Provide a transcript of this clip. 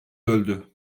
öldü